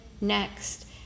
next